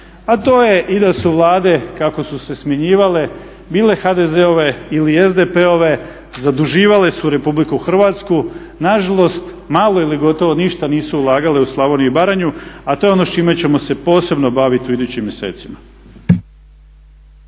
a to je i da su Vlade kako su se smjenjivale bile HDZ-ove ili SDP-ove, zaduživale su Republiku Hrvatsku, nažalost malo ili gotovo ništa nisu ulagale u Slavoniju i Baranju, a to je ono s čime ćemo se posebno bavit u idućim mjesecima.